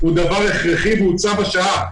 הוא דבר הכרחי והוא צו השעה.